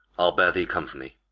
i'll bear thee company.